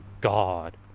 God